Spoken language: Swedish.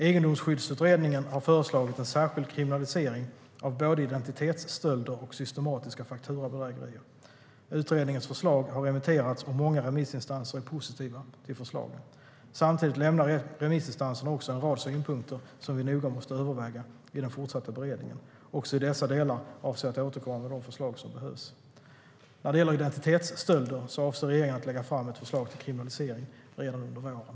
Egendomsskyddsutredningen har föreslagit en särskild kriminalisering av både identitetsstölder och systematiska fakturabedrägerier. Utredningens förslag har remitterats, och många remissinstanser är positiva till förslagen. Samtidigt lämnar remissinstanserna också en rad synpunkter som vi noga måste överväga i den fortsatta beredningen. Också i dessa delar avser jag att återkomma med de förslag som behövs. När det gäller identitetsstölder avser regeringen att lägga fram ett förslag till kriminalisering redan under våren.